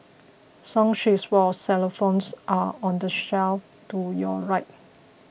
song sheets for xylophones are on the shelf to your right